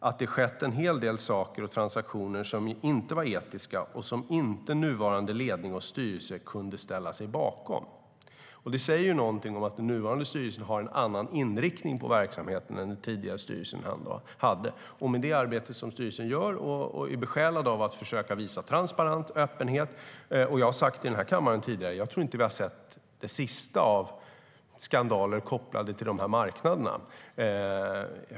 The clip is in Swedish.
att det skett en del saker och transaktioner som inte var etiska och som inte nuvarande ledning och styrelse kunde ställa sig bakom." Det säger något om att den nuvarande styrelsen har en annan inriktning på verksamheten än den tidigare styrelsen hade. I det arbete styrelsen gör är man besjälad av att försöka visa transparens och öppenhet. Som jag sagt till kammaren tidigare tror jag inte att vi har sett den sista skandalen kopplad till dessa marknader.